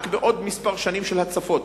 רק בעוד כמה שנים של הצפות,